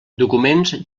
documents